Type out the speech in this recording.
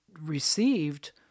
received